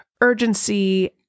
urgency